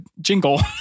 jingle